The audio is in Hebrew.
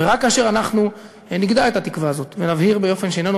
רק כאשר אנחנו נגדע את התקווה הזאת ונבהיר באופן שאיננו